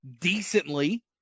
decently